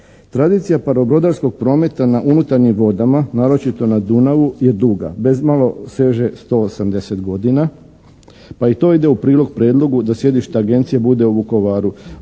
Tradicija parobrodarskog prometa na unutarnjim vodama, naročito na Dunavu je duga. Bez malo seže 180 godina pa i to ide u prilog prijedlogu da sjedište agencije bude u Vukovaru.